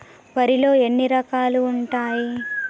వరిలో ఎన్ని రకాలు ఉంటాయి?